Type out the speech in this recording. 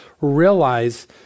realize